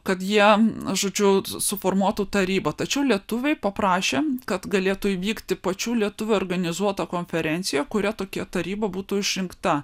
kad jie žodžiu suformuotų tarybą tačiau lietuviai paprašė kad galėtų įvykti pačių lietuvių organizuota konferencija kuria tokia taryba būtų išrinkta